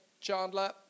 Chandler